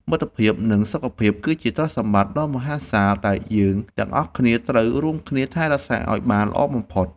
មិត្តភាព និងសុខភាព គឺជាទ្រព្យសម្បត្តិដ៏មហាសាលដែលយើងទាំងអស់គ្នាត្រូវរួមគ្នាថែរក្សាឱ្យបានល្អបំផុត។